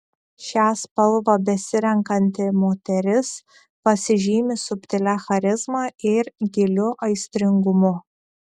šią spalvą besirenkanti moteris pasižymi subtilia charizma ir giliu aistringumu